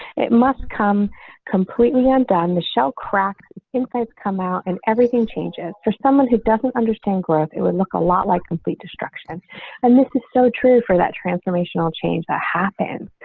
it must come completely on down the shell crack insights come out and everything changes for someone who doesn't understand growth, it would look a lot like complete destruction and this is so true for that transformational change that happens.